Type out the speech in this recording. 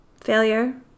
failure